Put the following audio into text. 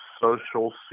Social